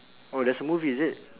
oh there's a movie is it